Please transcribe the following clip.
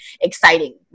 exciting